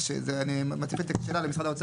אז אני מציף את השאלה למשרד האוצר,